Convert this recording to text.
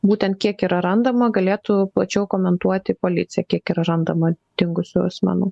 būtent kiek yra randama galėtų plačiau komentuoti policija kiek yra randama dingusių asmenų